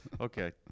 Okay